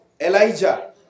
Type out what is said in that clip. Elijah